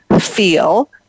feel